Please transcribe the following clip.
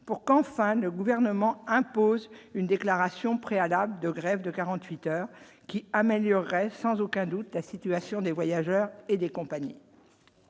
pour qu'enfin le gouvernement impose une déclaration préalable de grève de 48 heures qui amélioreraient sans aucun doute la situation des voyageurs et des compagnies,